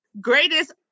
Greatest